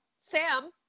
Sam